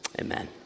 amen